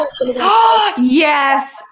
Yes